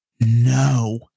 No